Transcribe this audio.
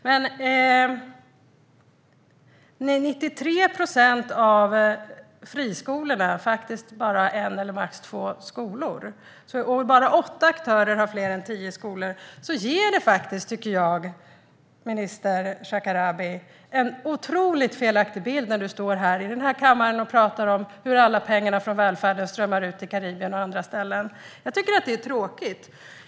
Men när 93 procent av friskoleaktörerna faktiskt har bara en eller två skolor och bara åtta aktörer har fler än tio skolor, tycker jag att statsrådet Shekarabi ger en otroligt felaktig bild när han står i denna kammare och talar om hur alla pengar från välfärden strömmar ut till Karibien och till andra ställen. Jag tycker att det är tråkigt.